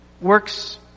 works